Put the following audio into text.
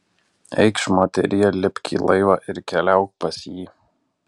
eikš moterie lipk į laivą ir keliauk pas jį